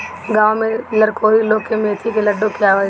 गांव में लरकोरी लोग के मेथी के लड्डू खियावल जाला